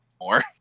more